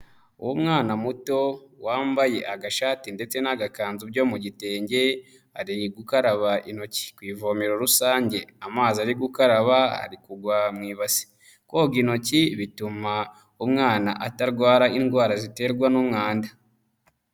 Umwana muto wambaye agashati ndetse n'agakanzu byo mu gitenge, ari gukaraba intoki ku ivomero rusange, amazi ari gukaraba ari kugwa mu ibasi, koga intoki bituma umwana atarwara indwara ziterwa n'umwanda.